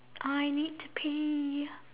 I need to pee